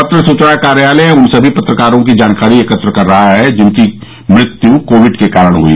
पत्र सूचना कार्यालय उन सभी पत्रकारों की जानकारी एकत्र कर रहा है जिनकी मृत्यु कोविड के कारण हुई